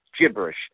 gibberish